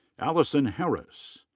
allison harris.